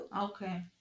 okay